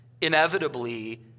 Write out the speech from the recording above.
inevitably